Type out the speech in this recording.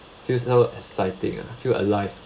feels so exciting ah feel alive